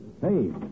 Hey